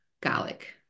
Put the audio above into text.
garlic